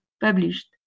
published